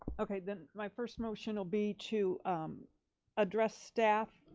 okay, then my first motion will be to address staff